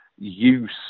use